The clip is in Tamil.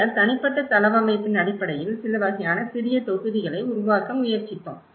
பின்னர் தனிப்பட்ட தளவமைப்பின் அடிப்படையில் சில வகையான சிறிய தொகுதிகளை உருவாக்க முயற்சித்தோம்